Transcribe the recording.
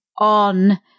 On